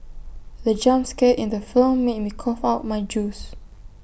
the jump scare in the film made me cough out my juice